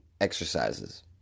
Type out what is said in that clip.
exercises